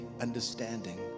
understanding